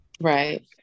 Right